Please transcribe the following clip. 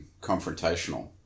confrontational